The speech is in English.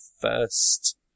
first